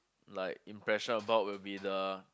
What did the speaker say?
like impression about will be the